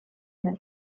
naiz